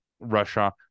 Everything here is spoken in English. Russia